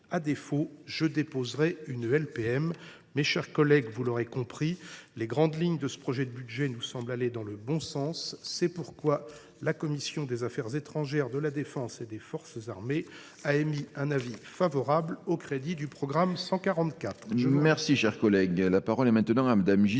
une proposition de loi. Mes chers collègues, vous l’aurez compris, les grandes lignes de ce projet de budget nous semblent aller dans le bon sens. C’est pourquoi la commission des affaires étrangères, de la défense et des forces armées est favorable à l’adoption des crédits du programme 144.